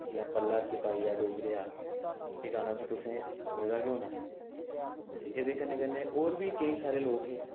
जि'यां भला सपाहिया डोगरेआ एह् गाना ते तुसें सुने दा गै होना एह्दे कन्ने कन्ने होर बी केईं सारे लोग हे